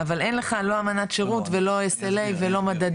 אבל אין לך לא אמנת שירות ולא SLA ולא מדדים.